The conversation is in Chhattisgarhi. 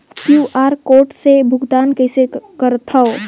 क्यू.आर कोड से भुगतान कइसे करथव?